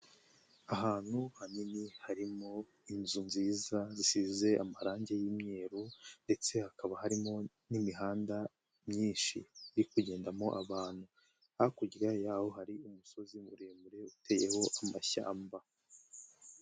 Ahantu hanini harimo inzu nziza zisize amarange y'imyeru ndetse hakaba harimo n'imihanda myinshi iri kugendamo abantu, hakurya y'aho hari umusozi muremure uteyeho amashyamba.